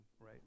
right